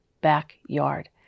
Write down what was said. backyard